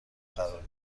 قرار